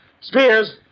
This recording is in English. Spears